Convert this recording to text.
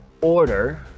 order